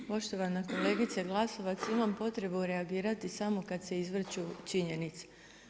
Poštovana kolegice Glasovac, imam potrebu reagirati samo kad se izvrću činjenice.